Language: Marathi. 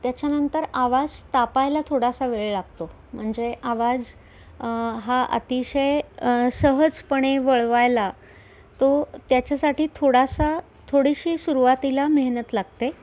त्याच्यानंतर आवाज तापायला थोडासा वेळ लागतो म्हणजे आवाज हा अतिशय सहजपणे वळवायला तो त्याच्यासाठी थोडासा थोडीशी सुरवातीला मेहनत लागते